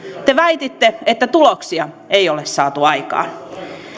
te väititte että tuloksia ei ole saatu aikaan